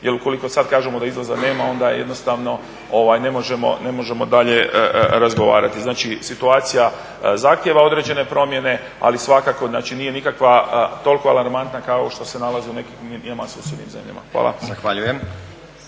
Jer ukoliko sad kažemo da izlaza nema onda jednostavno ne možemo dalje razgovarati. Znači, situacija zahtijeva određene promjene ali svakako, znači nije nikakva toliko alarmantna kao što se nalazi u nekim nama susjednim zemljama. Hvala.